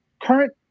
current